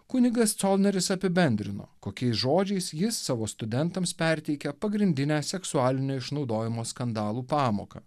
kunigas colneris apibendrino kokiais žodžiais jis savo studentams perteikia pagrindinę seksualinio išnaudojimo skandalų pamoką